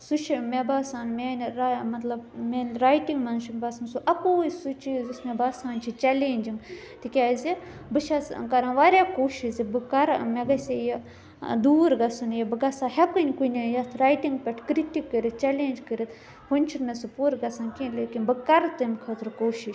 سُہ چھُ مےٚ باسان میٛانہِ را مطلب میٛانہِ رایٹِنٛگ منٛز چھُ م باسان سُہ اَکوے سُہ چیٖز یُس مےٚ باسان چھِ چیَلینجِنٛگ تِکیٛازِ بہٕ چھَس کَران واریاہ کوٗشِش زِ بہٕ کَرٕ مےٚ گَژھِے یہِ دوٗر گَژھُن یہِ بہٕ گژھٕہا ہیٚکٕنۍ کُنہِ یَتھ رایٹِنٛگ پٮ۪ٹھ کِرٹِک کٔرِتھ چیلینج کٔرِتھ وُۄنہِ چھُ نہٕ مےٚ سُہ پوٗرٕ گژھان کینٛہہ لیکِن بہٕ کَرٕ تمہِ خٲطرٕ کوٗشِش